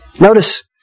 Notice